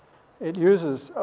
it uses,